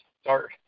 start